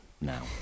now